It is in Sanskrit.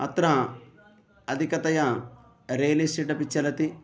अत्र अधिकतया रेल् एस्टेट् अपि चलति